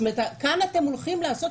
כאן אתם הולכים לעשות,